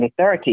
2030